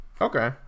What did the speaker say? Okay